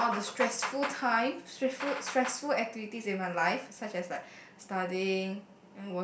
flip down all the stressful time stressful stressful activities in my life such as like studying